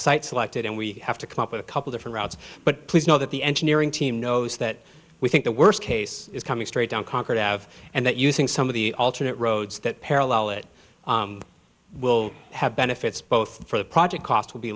site selected and we have to come up with a couple different routes but please know that the engineering team knows that we think the worst case is coming straight down concord have and that using some of the alternate roads that parallel it will have benefits both for the project cost will be